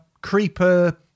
Creeper